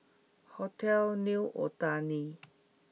hotel New Otani